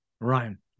Ryan